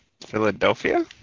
Philadelphia